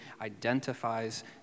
identifies